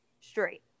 Straight